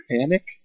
Panic